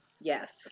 Yes